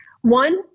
One